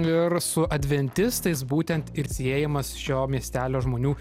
ir su adventistais būtent ir siejamas šio miestelio žmonių